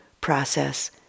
process